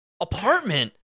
apartment